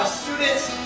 students